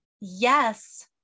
yes